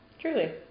Truly